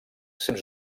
sens